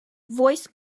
voice